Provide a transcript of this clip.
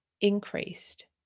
increased